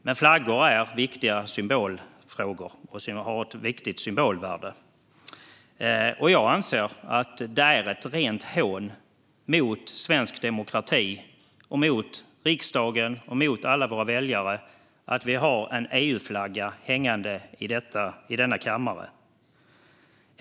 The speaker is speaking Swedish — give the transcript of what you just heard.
Men flaggor är viktiga symboler, och de har ett viktigt symbolvärde. Jag anser att det är ett rent hån mot svensk demokrati, riksdagen och alla våra väljare att vi har en EU-flagga hängande i denna kammare.